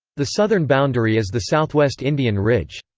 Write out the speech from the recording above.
the southern boundary is the southwest indian ridge.